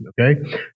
okay